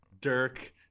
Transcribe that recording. Dirk